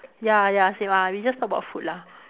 ya ya same ah we just talk about food lah